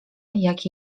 jak